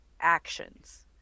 actions